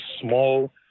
small